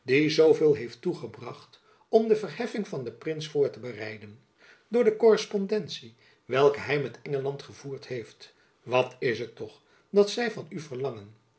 heeft toegebracht om de verheffing van den prins voor te bereiden door de korrespondentie welke hy met engeland gevoerd heeft wat is het toch dat zy van u verlangen